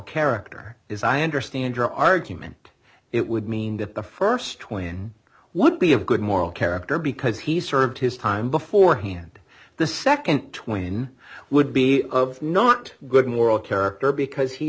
character is i understand your argument it would mean that the st twin would be of good moral character because he served his time beforehand the nd twin would be of not good moral character because he